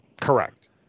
Correct